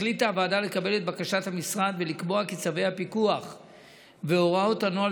החליטה הוועדה לקבל את בקשת המשרד ולקבוע כי צווי הפיקוח והוראות הנוהל